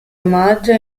omaggio